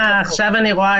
אה, עכשיו אני רואה.